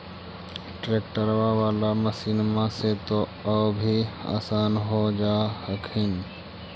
ट्रैक्टरबा बाला मसिन्मा से तो औ भी आसन हो जा हखिन?